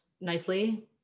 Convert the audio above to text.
nicely